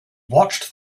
watched